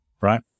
right